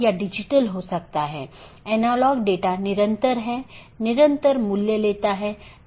इसका मतलब है कि सभी BGP सक्षम डिवाइस जिन्हें BGP राउटर या BGP डिवाइस भी कहा जाता है एक मानक का पालन करते हैं जो पैकेट को रूट करने की अनुमति देता है